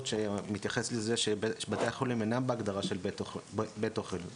שמתייחסת לזה שבתי החולים אינם בהגדרה של בית אוכל.